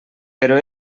però